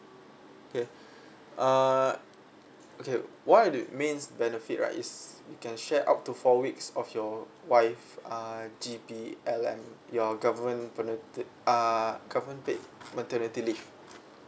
okay uh okay what it means benefit right is you can share out to four weeks of your wife uh G_P_L_N your government penalty uh government paid maternity leave